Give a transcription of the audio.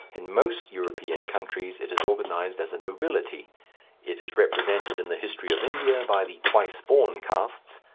in most european countries it is organized as a nobility it is represented in the history of india by the twice born castes,